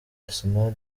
arsenal